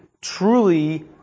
truly